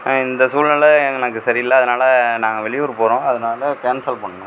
இந்த சூழ்நிலை எனக்கு சரி இல்லை அதனால் நாங்கள் வெளியூர் போகிறோம் அதனால கேன்சல் பண்ணணும்